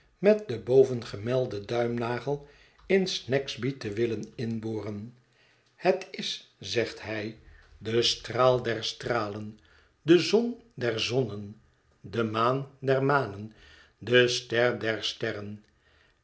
met den bovengemelden duimnagel in snagsby te willen inboren het is zegt hij de straal der stralen de zon der zonnen de maan der manen de ster der sterren